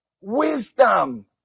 Wisdom